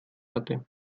hatte